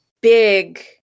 Big